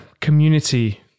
community